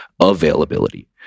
availability